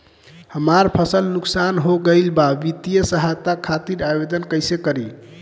हमार फसल नुकसान हो गईल बा वित्तिय सहायता खातिर आवेदन कइसे करी?